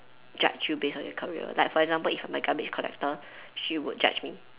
judge you based on your career like for example if I'm a garbage collector she would judge me